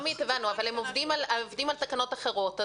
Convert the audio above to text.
הבנו אבל הם עובדים על תקנות אחרות.